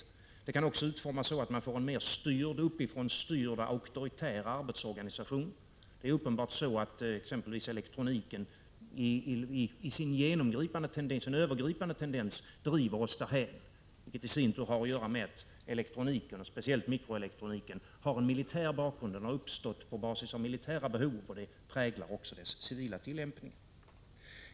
Den kan också utformas så att man får en mer uppifrån styrd auktoritär arbetsorganisation. Det är uppenbart så att exempelvis elektroniken i sin övergripande tendens driver oss därhän, vilket i sin tur har att göra med att speciellt mikroelektroniken har en militär bakgrund. Den har uppstått på basis av militära behov och det präglar också dess civila tillämpning.